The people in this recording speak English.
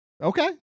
Okay